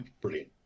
brilliant